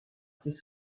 ses